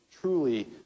truly